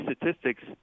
statistics